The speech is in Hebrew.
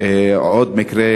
עוד מקרה,